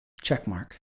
Checkmark